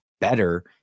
better